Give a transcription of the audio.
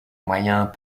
moyens